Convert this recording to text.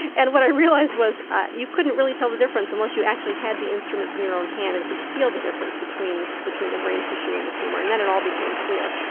and what i realised was ah you couldn't really tell the difference unless you actually had the instruments in your own hand and could feel the difference between between the brain tissue and the tumour. and then it all became clear.